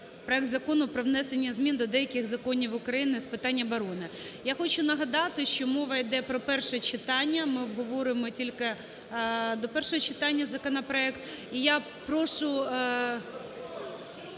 проект Закону про внесення змін до деяких законів України з питань оборони? Я хочу нагадати, що мова йде про перше читання, ми обговорюємо тільки до першого читання законопроект.